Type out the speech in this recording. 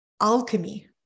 alchemy